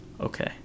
Okay